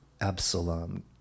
Absalom